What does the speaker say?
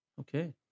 Okay